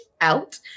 out